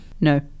no